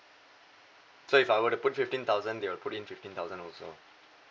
so if I were to put fifteen thousand they will put in fifteen thousand also